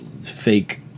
fake